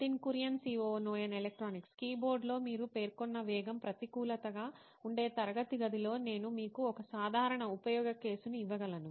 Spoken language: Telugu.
నితిన్ కురియన్ COO నోయిన్ ఎలక్ట్రానిక్స్ కీబోర్డులో మీరు పేర్కొన్న వేగం ప్రతికూలత గా ఉండే తరగతి గదిలో నేను మీకు ఒక సాధారణ ఉపయోగ కేసును ఇవ్వగలను